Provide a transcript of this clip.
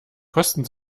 kosten